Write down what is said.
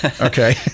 Okay